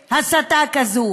מפני הסתה כזאת.